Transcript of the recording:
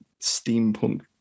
steampunk